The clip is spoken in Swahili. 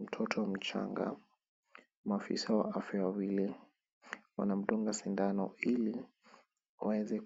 Mtoto mchanga, maafisa wa afya wawili wanamdunga sindano ili waweze